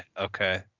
okay